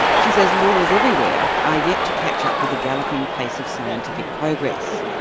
she says laws everywhere are yet to catch up with the galloping pace of scientific progress.